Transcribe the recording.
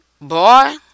Boy